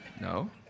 No